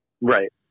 right